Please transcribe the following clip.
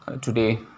today